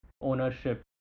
ownership